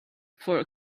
for